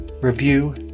review